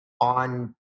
on